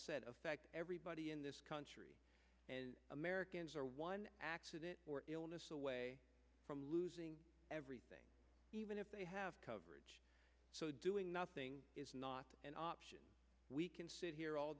said affect everybody in this country and americans are one accident or illness away from losing everything even if they have coverage so doing nothing is not an option we can sit here all